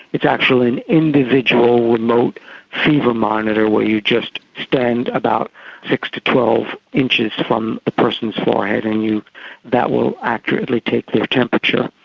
it's actually an individual remote fever monitor where you just stand about six to twelve inches from the person's forehead. and that will accurately take their temperature.